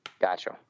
Gotcha